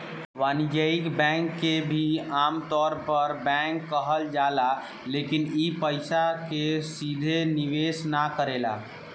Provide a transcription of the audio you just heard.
वाणिज्यिक बैंक के भी आमतौर पर बैंक कहल जाला लेकिन इ पइसा के सीधे निवेश ना करेला